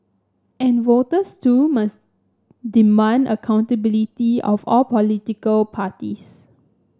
and voters too must demand accountability of all political parties